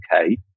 okay